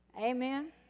Amen